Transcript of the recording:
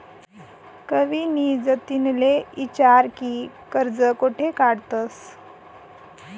कविनी जतिनले ईचारं की कर्ज कोठे काढतंस